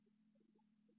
0646 p